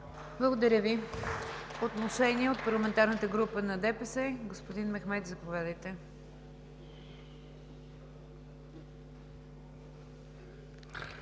Благодаря Ви. Отношение от парламентарната група на ДПС. Господин Мехмед, заповядайте.